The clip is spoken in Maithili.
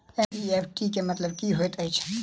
एन.ई.एफ.टी केँ मतलब की होइत अछि?